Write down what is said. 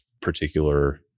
particular